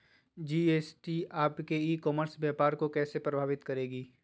GST आपके e commerce व्यापार को कैसे प्रभावित करेगी?